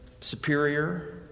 superior